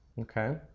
okay